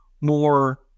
More